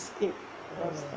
biscuit last time